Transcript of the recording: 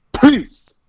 Peace